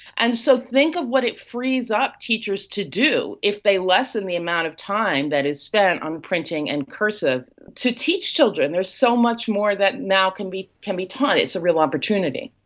and so think of what it frees up teachers to do if they lessen the amount of time that is spent on printing and cursive to teach children. there's so much more that now can be can be taught, it's a real opportunity.